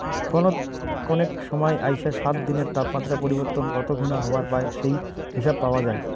ফোনত কনেক সমাই আইসা সাত দিনের তাপমাত্রা পরিবর্তন কত খুনা হবার পায় সেই হিসাব পাওয়া যায়